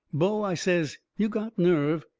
bo, i says, you got nerve.